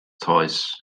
toes